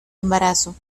embarazo